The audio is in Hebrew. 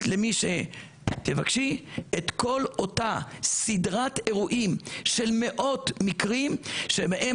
למי שתבקשי את כל אותה סדרת אירועים של מאות מקרים שבהם